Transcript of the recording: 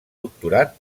doctorat